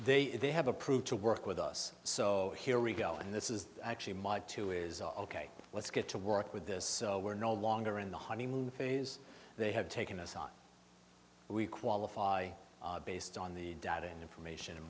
they they have approved to work with us so here we go and this is actually my two is ok let's get to work with this so we're no longer in the honeymoon phase they have taken us on we qualify based on the data and information and